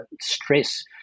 stress